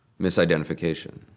misidentification